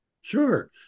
Sure